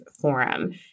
forum